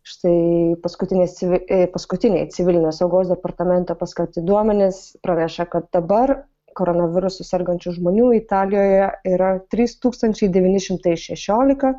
štai paskutinės civi paskutiniai civilinės saugos departamento paskelbti duomenys praneša kad dabar koronavirusu sergančių žmonių italijoje yra trys tūkstančiai devyni šimtai šešiolika